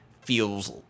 feels